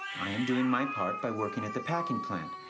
i am doing my part by working at the packing plant.